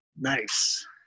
nice